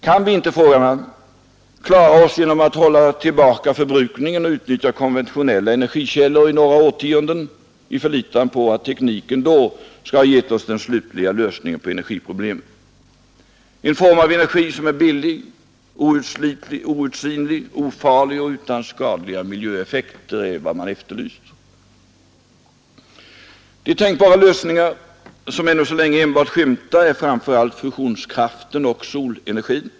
Kan vi inte, frågar man, klara oss genom att hålla tillbaka förbrukningen och utnyttja konventionella energikällor i några årtionden i förlitande på att tekniken då skall ha gett oss den slutliga lösningen på energiproblemet — en form av energi som är billig, outsinlig, ofarlig och utan skadliga miljöeffekter? De tänkbara lösningarna, som ännu så länge enbart skymtar, är framför allt fusionskraften och solenergin.